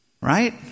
Right